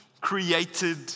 created